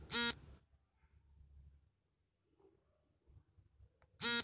ಜೇಡಗಳು ಬಲೆನ ನೇಯೋದು ಮೊಟ್ಟೆಗಳನ್ನು ರಕ್ಷಿಸೋಕೆ ಸ್ಪೈಡರ್ ರೇಷ್ಮೆಯನ್ನು ತಯಾರಿಸ್ತದೆ